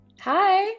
Hi